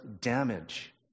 damage